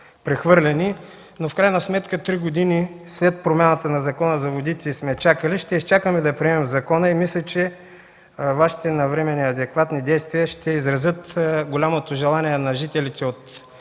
прехвърлени. В крайна сметка след промяната на Закона за водите сме изчакали три години, ще изчакаме да приемем закона. Мисля, че Вашите навременни и адекватни действия ще изразят голямото желание на жителите от